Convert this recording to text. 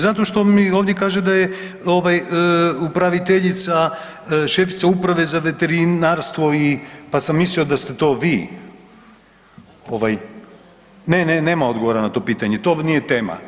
Zato što mi ovdje kaže da je ovaj upraviteljica šefica Uprave za veterinarstvo, pa sam mislio da ste to vi, ovaj, ne, ne, nema odgovora na to pitanje, to nije tema.